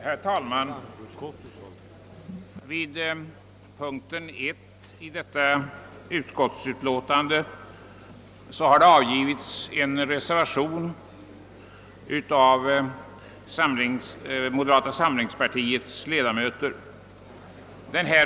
Herr talman! Vid punkten 1 i detta utskottsutlåtande har det avgivits en reservation av ledamöter från moderata samlingspartiet.